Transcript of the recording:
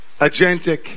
agentic